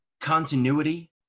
continuity